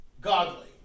godly